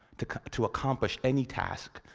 to to accomplish any task,